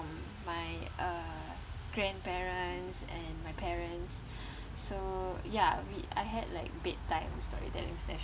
my uh grandparents and my parents so ya we I had like bedtime story telling session